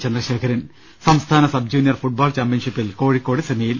ചന്ദ്രശേഖരൻ സംസ്ഥാന sub junior football ചാമ്പ്യൻഷിപ്പിൽ Kozhikode സെമിയിൽ